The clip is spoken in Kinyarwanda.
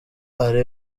ari